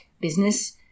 business